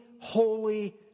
holy